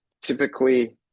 Typically